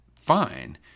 fine